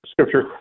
scripture